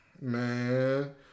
man